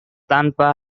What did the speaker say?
tanpa